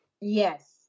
Yes